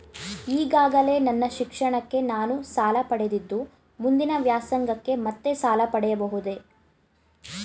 ಈಗಾಗಲೇ ನನ್ನ ಶಿಕ್ಷಣಕ್ಕೆ ನಾನು ಸಾಲ ಪಡೆದಿದ್ದು ಮುಂದಿನ ವ್ಯಾಸಂಗಕ್ಕೆ ಮತ್ತೆ ಸಾಲ ಪಡೆಯಬಹುದೇ?